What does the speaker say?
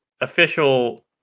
official